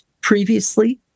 previously